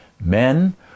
men